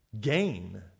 gain